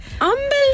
Unbelievable